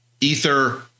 ether